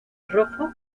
rojo